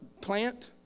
plant